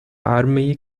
armee